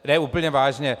Ne, úplně vážně.